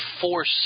force